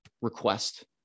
request